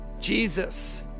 Jesus